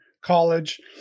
college